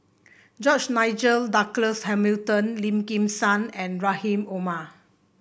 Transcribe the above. George Nigel Douglas Hamilton Lim Kim San and Rahim Omar